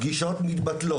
פגישות מתבטלות.